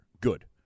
Good